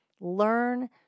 learn